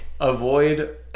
Avoid